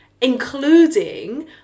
including